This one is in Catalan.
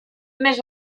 més